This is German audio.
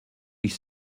ich